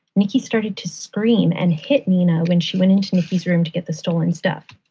nikki started to scream and hit nina when she went into nikki's room to get the stolen stuff.